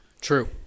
true